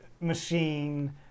machine